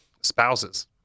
spouses